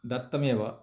दत्तमेव